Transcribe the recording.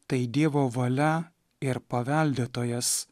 tai dievo valia ir paveldėtojas